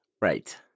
Right